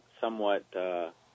somewhat